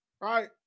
right